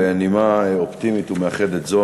ובנימה אופטימית ומאחדת זאת,